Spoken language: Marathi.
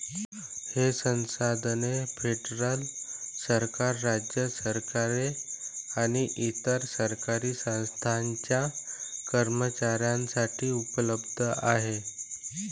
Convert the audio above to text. हे संसाधन फेडरल सरकार, राज्य सरकारे आणि इतर सरकारी संस्थांच्या कर्मचाऱ्यांसाठी उपलब्ध आहे